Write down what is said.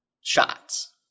shots